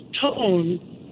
tone